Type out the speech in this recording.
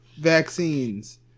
vaccines